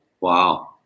Wow